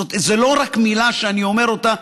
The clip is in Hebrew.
זו לא רק מילה שאני אומר אותה,